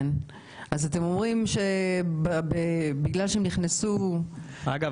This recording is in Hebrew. אז אתם אומרים שבגלל שהם נכנסו --- אגב,